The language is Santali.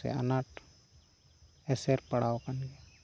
ᱥᱮ ᱟᱱᱟᱴ ᱮᱥᱮᱨ ᱯᱟᱲᱟᱣ ᱠᱟᱱᱟ